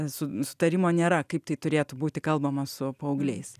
su sutarimo nėra kaip tai turėtų būti kalbama su paaugliais